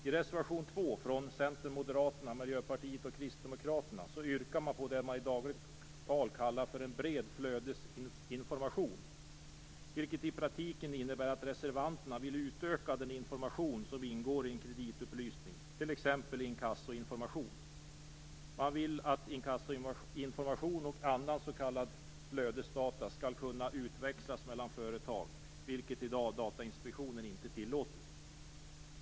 I reservation 2 från Centern, Moderaterna, Miljöpartiet och Kristdemokraterna yrkar man på det som i dagligt tal kallas för en bred flödesinformation, vilket i praktiken innebär att reservanterna vill utöka den information som ingår i en kreditupplysning, t.ex. inkassoinformation. Man vill att inkassoinformation och andra s.k. flödesdata skall kunna utväxlas mellan företag, vilket Datainspektionen inte tillåter i dag.